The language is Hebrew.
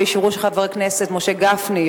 באישורו של חבר הכנסת משה גפני,